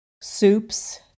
soups